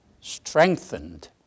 strengthened